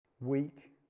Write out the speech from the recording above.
weak